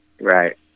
Right